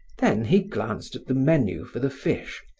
then he glanced at the menu for the fish,